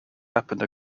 happened